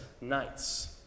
nights